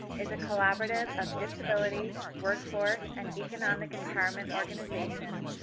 is a collaborative of disability, workforce, and economic empowerment organization,